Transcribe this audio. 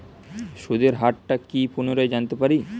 সুদের হার টা কি পুনরায় জানতে পারি?